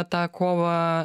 tą kovą